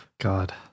God